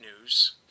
news